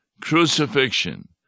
crucifixion